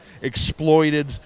exploited